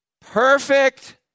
Perfect